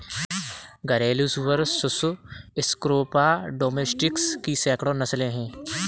घरेलू सुअर Sus scrofa domesticus की सैकड़ों नस्लें हैं